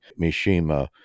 Mishima